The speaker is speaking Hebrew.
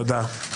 תודה.